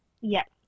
yes